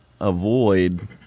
avoid